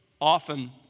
often